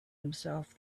himself